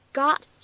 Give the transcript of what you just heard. got